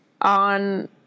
on